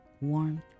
warmth